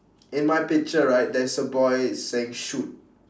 in my picture right there's a boy saying shoot